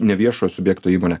neviešojo subjekto įmonė